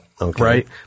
right